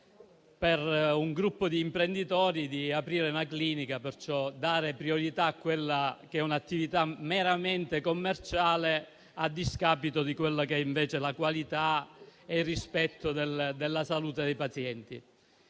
per un gruppo di imprenditori aprire una clinica, perciò dare priorità a quella che è un'attività meramente commerciale a discapito della qualità e del rispetto della salute dei pazienti.